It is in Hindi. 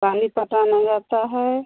पानी पटाना जाता है